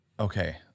Okay